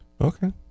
Okay